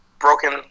Broken